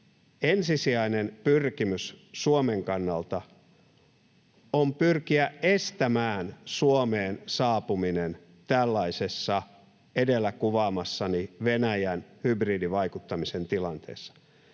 ensisijainen pyrkimys Suomen kannalta on pyrkiä estämään Suomeen saapuminen tällaisessa edellä kuvaamassani Venäjän hybridivaikuttamisen tilanteessa.